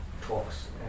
talks